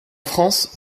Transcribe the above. france